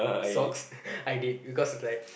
socks I did because right